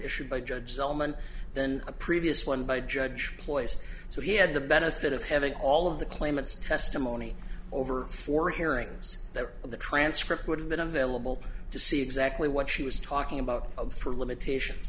issued by judge zalman then a previous one by judge ploys so he had the benefit of having all of the claimants testimony over for hearings that the transcript would have been available to see exactly what she was talking about for limitations